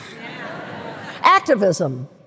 Activism